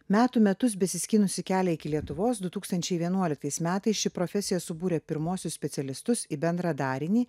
metų metus besiskynusi kelią iki lietuvos du tūkstančiai vienuoliktais metais ši profesija subūrė pirmuosius specialistus į bendrą darinį